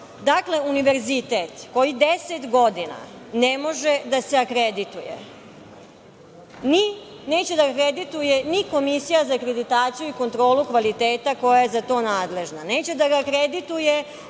univerzitet koji deset godina ne može da se akredituje, neće da ga akredituje ni Komisija za akreditaciju i kontrolu kvaliteta koja je za to nadležna, neće da ga akredituje